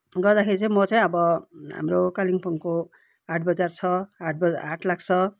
गर्दाखेरि चाहिँ म चाहिँ अब हाम्रो कालिम्पोङको हाट बजार छ हाट बजार हाट लाग्छ